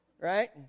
Right